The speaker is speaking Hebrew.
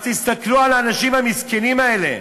אז תסתכלו על האנשים המסכנים האלה.